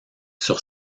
sur